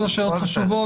כל השאלות חשובות,